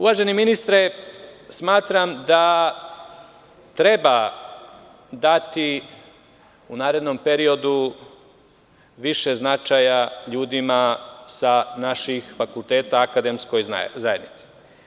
Uvaženi ministre, smatram da treba dati, u narednom periodu, više značaja ljudima sa naših fakulteta akademskoj zajednici.